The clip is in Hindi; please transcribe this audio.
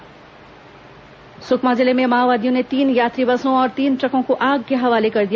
माओवादी वारदात सुकमा जिले में माओवादियों ने तीन यात्री बसों और तीन ट्रकों को आग के हवाले कर दिया